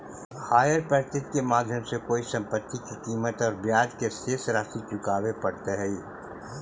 hire purchase के माध्यम से कोई संपत्ति के कीमत औउर ब्याज के शेष राशि चुकावे पड़ऽ हई